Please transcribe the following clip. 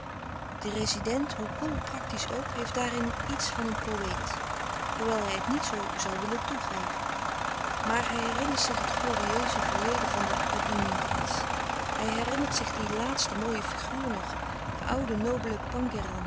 de rezident hoe koel praktisch ook heeft daarin iets van een poëet hoewel hij het niet zoû willen toegeven maar hij herinnert zich het glorieuze verleden van de louis couperus de stille kracht adiningrats hij herinnert zich die laatste mooie figuur nog den ouden nobelen